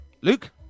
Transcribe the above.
Luke